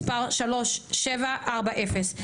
מספר 3740,